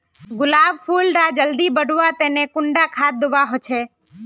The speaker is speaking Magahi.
गुलाब फुल डा जल्दी बढ़वा तने कुंडा खाद दूवा होछै?